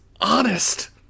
honest